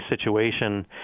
situation